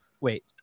wait